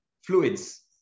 fluids